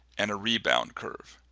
and rebound curve.